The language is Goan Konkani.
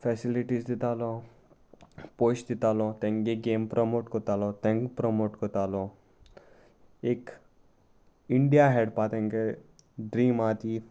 फेसिलिटीज दितालो पयशे दितालो तेंगे गेम प्रमोट करतालो तेंक प्रमोट करतालो एक इंडिया खेळपा तेंंगे ड्रीम आसा ती